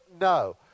No